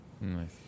Nice